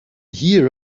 hear